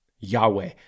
Yahweh